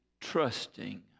trusting